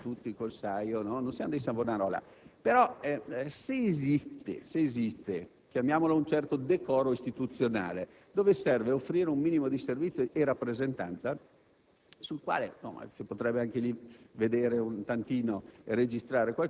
Non siamo dei draconiani, non vorremmo vedere tutti appiedati, tutti con il saio; non siamo dei Savonarola. Però, se esiste un certo decoro istituzionale per cui è necessario offrire un minimo di servizio e di rappresentanza